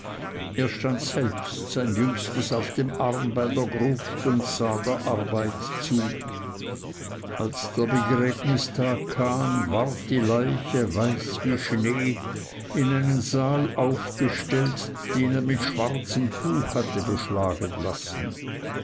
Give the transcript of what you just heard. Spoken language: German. er stand selbst sein jüngstes auf dem arm bei der gruft und sah der arbeit zu als der begräbnistag kam ward die leiche weiß wie schnee in einen saal aufgestellt den er mit schwarzem tuch hatte beschlagen lassen